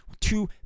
two